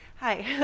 hi